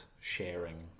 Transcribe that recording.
sharing